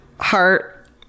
Heart